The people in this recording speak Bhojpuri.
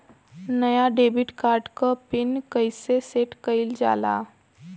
नया डेबिट कार्ड क पिन कईसे सेट कईल जाला?